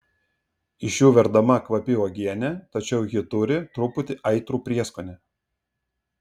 iš jų verdama kvapi uogienė tačiau ji turi truputį aitrų prieskonį